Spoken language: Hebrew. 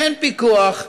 אין פיקוח,